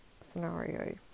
scenario